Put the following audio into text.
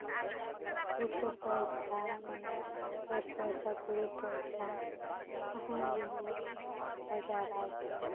ᱨᱩᱯᱟᱹ ᱯᱚᱭᱥᱟ ᱢᱟᱱᱮ ᱫᱚᱥ ᱯᱚᱭᱥᱟ ᱠᱩᱲᱤ ᱯᱚᱭᱥᱟ ᱚᱱᱟ ᱦᱚᱸ ᱡᱩᱫᱤ ᱩᱱᱤ ᱫᱚᱦᱚ ᱡᱟᱣᱨᱟᱭ ᱛᱟᱭᱟᱭ